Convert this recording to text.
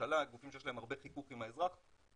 והממשלה הם גופים שיש להם הרבה חיכוך עם האזרח --- ממשק.